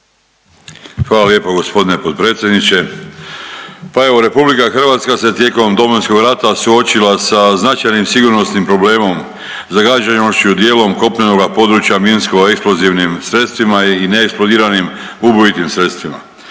Hvala lijepo g. potpredsjedniče. Pa evo RH se tijekom Domovinskog rata suočila sa značajnim sigurnosnim problemom, zagađenošću dijelom kopnenoga područja minsko eksplozivnim sredstvima i neeksplodiranim ubojitim sredstvima.